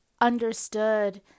understood